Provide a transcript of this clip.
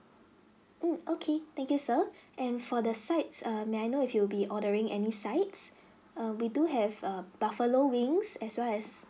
mm okay thank you sir and for the sides err may I know if you will be ordering any sides err we do have a buffalo wings as well as